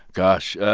gosh.